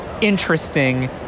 interesting